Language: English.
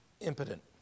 impotent